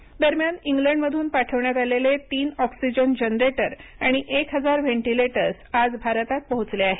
युकेची मदत दरम्यान इंग्लंडमधून पाठवण्यात आलेले तीन ऑक्सिजन जनरेटर आणि एक हजार व्हेंटिलेटर्स आज भारतात पोहोचले आहेत